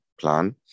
Plan